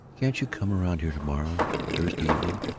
can't you come around here to-morrow thur evening?